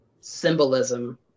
symbolism